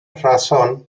razón